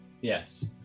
Yes